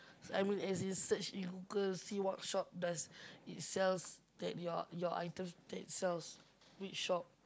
I mean as in search in Google see what shop does it sells that your your item that it sells which shop